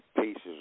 pieces